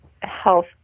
health